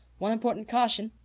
one important caution,